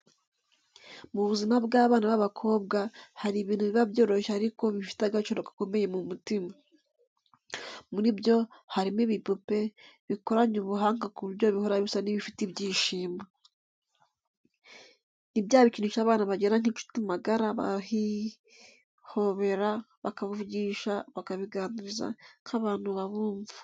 Mu buzima bw’abana b’abakobwa, hari ibintu biba byoroshye ariko bifite agaciro gakomeye mu mutima. Muri ibyo, hari mo ibipupe, bikoranye ubuhanga ku buryo bihora bisa n’ibifite ibyishimo. Ni bya bikinisho abana bagira nk’inshuti magara babihobera, bakabivugisha, bakabiganiriza nk’abantu babumva.